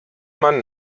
man